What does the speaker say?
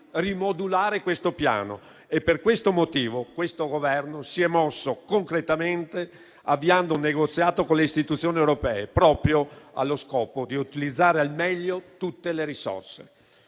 rimodulare il Piano e per questo motivo questo Governo si è mosso concretamente, avviando un negoziato con le istituzioni europee proprio allo scopo di utilizzare al meglio tutte le risorse.